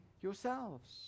yourselves